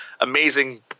amazing